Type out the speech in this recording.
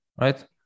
right